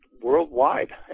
worldwide